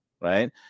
right